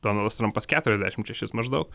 donaldas trumpas keturiasdešimt šešis maždaug